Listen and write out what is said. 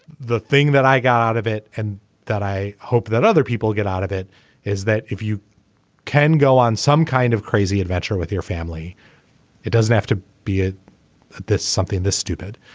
the thing that i got out of it and that i hope that other people get out of it is that if you can go on some kind of crazy adventure with your family it doesn't have to be ah this something this stupid.